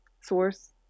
source